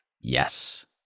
Yes